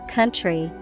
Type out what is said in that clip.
country